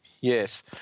Yes